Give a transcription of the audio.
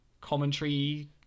commentary